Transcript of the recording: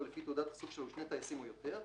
לפי תעודת הסוג שלו הוא שני טייסים או יותר,